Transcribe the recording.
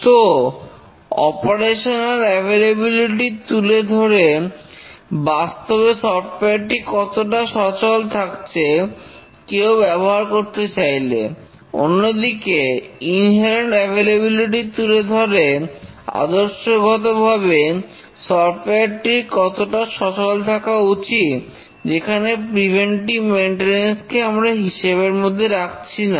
তো operational availability তুলে ধরে বাস্তবে সফটওয়্যারটি কতটা সচল থাকছে কেউ ব্যবহার করতে চাইলে অন্যদিকে ইনহেরেন্ট অ্যাভেলেবেলিটি তুলে ধরে আদর্শগতভাবে সফটওয়্যারটির কতটা সচল থাকা উচিত যেখানে প্রিভেন্টিভ মেনটেনেন্স কে আমরা হিসেবের মধ্যে রাখছি না